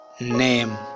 name